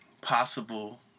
possible